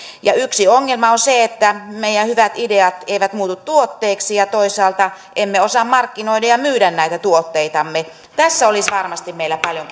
yksi ongelma on se että meidän hyvät ideat eivät muutu tuotteiksi ja toisaalta emme osaa markkinoida ja myydä näitä tuotteitamme tässä olisi varmasti meillä paljon